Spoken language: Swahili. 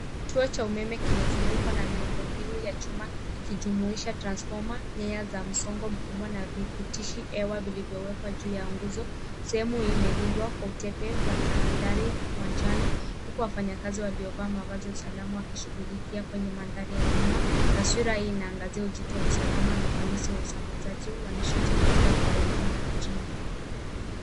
Kituo cha umeme kimezungukwa na miundo mbinu ya chuma ikijumuisha transfoma, nyaya za msongo mkubwa na vipitishi hewa vilivyowekwa juu ya nguzo. Sehemu hii imelindwa kwa utepe tahadhari wa njano huku wafanyikazi waliovaa mavazi ya usalama wakishughulikia kwenye mandhari ya nyuma. Taswira hii inaangazia uzito wa usalama na ufanisi wa usambazaji wa nishati katika miundo mbinu ya mijini.